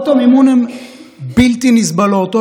הם הכי צריכים מימון.